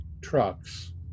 Trucks